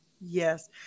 Yes